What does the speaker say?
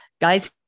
guys